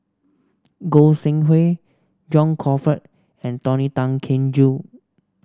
Goi Seng Hui John Crawfurd and Tony Tan Keng Joo